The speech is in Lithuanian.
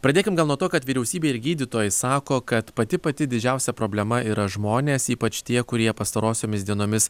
pradėkim gal nuo to kad vyriausybė ir gydytojai sako kad pati pati didžiausia problema yra žmonės ypač tie kurie pastarosiomis dienomis